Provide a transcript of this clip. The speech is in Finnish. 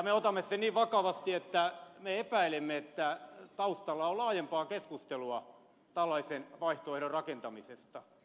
me otamme sen niin vakavasti että me epäilemme että taustalla on laajempaa keskustelua tällaisen vaihtoehdon rakentamisesta